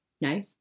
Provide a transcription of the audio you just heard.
No